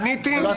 עניתי.